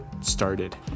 started